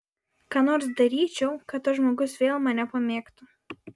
ką nors daryčiau kad tas žmogus vėl mane pamėgtų